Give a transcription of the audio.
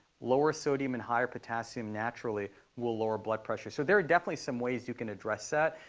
lower sodium and higher potassium naturally will lower blood pressure. so there are definitely some ways you can address that.